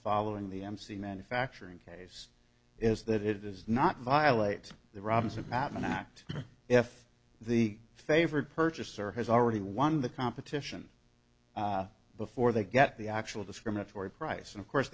following the mc manufacturing case is that it does not violate the robinson patent act if the favored purchaser has already won the competition before they get the actual discriminatory price and of course